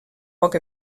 poc